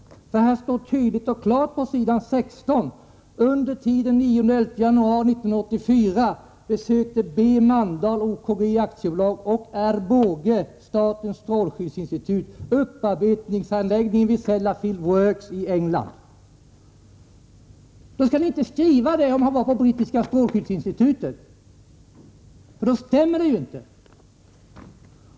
I Boge-rapporten står följande tydligt och klart på s. 16: ”Under tiden 9-11 januari 1984 besökte B. Mandahl, OKG Aktiebolag och R. Boge, Statens strålskyddsinstitut, upparbetningsanläggningen vid Sellafield Works i England ——-.” Det skall ni inte skriva om han var på det brittiska strålskyddsinstitutet — för då stämmer det ju inte!